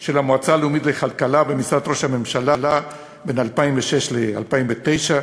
של המועצה הלאומית לכלכלה במשרד ראש הממשלה בין 2006 ל-2009,